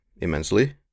immensely